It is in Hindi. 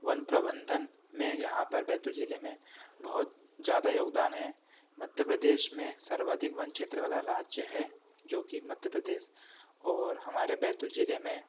वन प्रबंधन में यहाँ पर बैतूल जिले में बहुत ज्यादा योगदान है मध्य प्रदेश में सर्वाधिक वन क्षेत्र वाला राज्य है जो कि मध्य प्रदेश और हमारे बैतूल जिले में